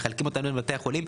מחלקים אותה בין בתי החולים.